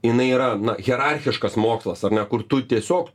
jinai yra na hierarchiškas mokslas ar ne kur tu tiesiog